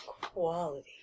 Quality